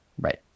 Right